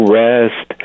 rest